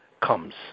comes